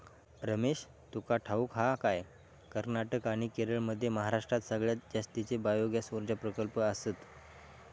रमेश, तुका ठाऊक हा काय, कर्नाटक आणि केरळमध्ये महाराष्ट्रात सगळ्यात जास्तीचे बायोगॅस ऊर्जा प्रकल्प आसत